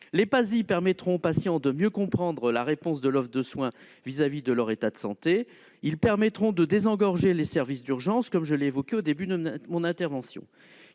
Les PASI permettront aux patients de mieux comprendre la réponse de l'offre de soins compte tenu de leur état de santé. Ils permettront de désengorger les services d'urgence, comme je l'ai évoqué au début de mon intervention.